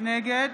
נגד